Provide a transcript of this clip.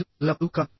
లేదు ఎల్లప్పుడూ కాదు